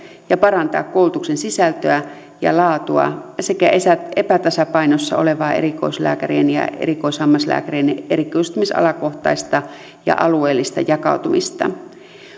ja parantaa koulutuksen sisältöä ja laatua sekä epätasapainossa olevaa erikoislääkärien ja erikoishammaslääkärien erikoistumisalakohtaista ja alueellista jakautumista